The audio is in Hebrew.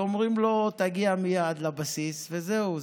ואומרים לו: תגיע מייד לבסיס, וזהו.